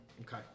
Okay